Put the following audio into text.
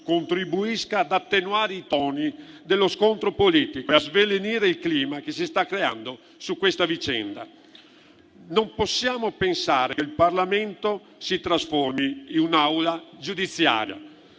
contribuisca ad attenuare i toni dello scontro politico e a svelenire il clima che si sta creando su questa vicenda. Non possiamo pensare che il Parlamento si trasformi in un'aula giudiziaria,